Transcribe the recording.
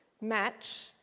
match